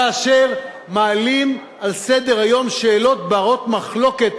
כאשר מעלים על סדר-היום שאלות במחלוקת,